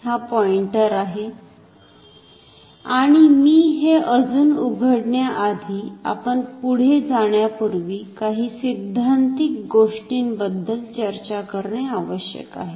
हा पॉईंटर आहे आणि मी हे अजून उघडण्याआधी आपण पुढे जाण्यापूर्वी काही सिद्धांतीक गोष्टींबद्दल चर्चा करणे आवश्यक आहे